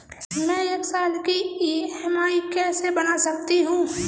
मैं एक साल की ई.एम.आई कैसे बना सकती हूँ?